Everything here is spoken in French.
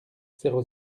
zéro